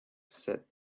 said